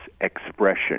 expression